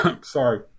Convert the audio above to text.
sorry